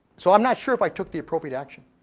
so i'm not sure if i took the appropriate action,